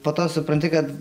po to supranti kad